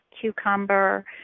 cucumber